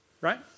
right